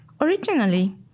Originally